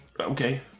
Okay